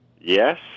Yes